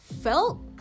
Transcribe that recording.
Felt